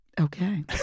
Okay